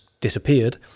disappeared